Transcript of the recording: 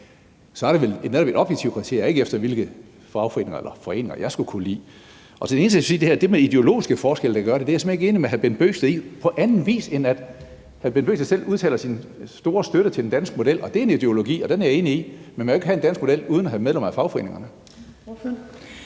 Så er det vel netop efter et objektivt kriterium og ikke efter, hvilke fagforeninger eller foreninger jeg skulle kunne lide. Det der med, at det er ideologiske forskelle, der gør det, er jeg simpelt hen ikke enig med hr. Bent Bøgsted i på anden vis, end at hr. Bent Bøgsted selv udtaler sin store støtte til den danske model. Det er en ideologi, og den er jeg enig i. Men man kan jo ikke have den danske model uden at have medlemmer af fagforeningerne.